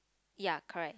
ya correct